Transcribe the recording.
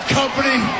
company